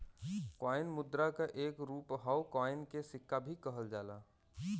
coin मुद्रा क एक रूप हौ कॉइन के सिक्का भी कहल जाला